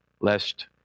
lest